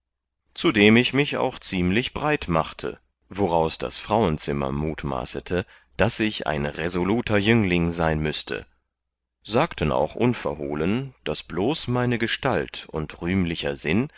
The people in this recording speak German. gewesen zudem ich mich auch ziemlich breit machte woraus das frauenzimmer mutmaßete daß ich ein resoluter jüngling sein müßte sagten auch unverhohlen daß bloß meine gestalt und rühmlicher sinn